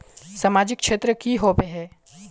सामाजिक क्षेत्र की होबे है?